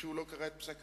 כשהוא לא קרא את פסק-הדין.